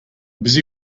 busy